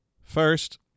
First